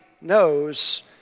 knows